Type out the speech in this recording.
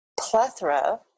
plethora